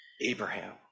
Abraham